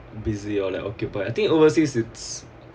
busy or like occupied I think overseas it's